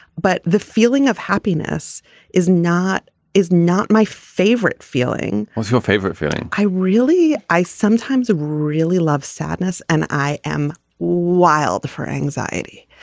but the feeling of happiness is not is not my favorite feeling. what's your favorite feeling. i really i sometimes really love sadness and i am wild for anxiety.